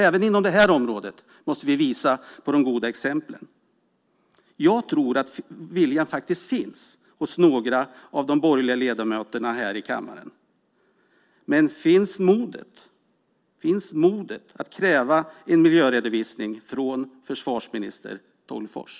Även inom det här området måste vi visa på de goda exemplen. Jag tror att viljan faktiskt finns hos några av de borgerliga ledamöterna här i kammaren. Men finns modet? Finns modet att kräva en miljöredovisning från försvarsminister Tolgfors?